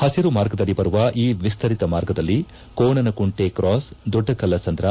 ಪಕಿರು ಮಾರ್ಗದಡಿ ಬರುವ ಈ ವಿತ್ತರಿತ ಮಾರ್ಗದಲ್ಲಿ ಕೋಣನಕುಂಟೆ ಕ್ರಾಸ್ ದೊಡ್ಡಕಲ್ಲಸಂದ್ರ